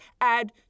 add